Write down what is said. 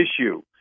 issue